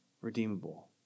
redeemable